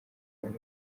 imana